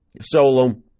solo